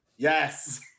Yes